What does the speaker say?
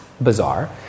bizarre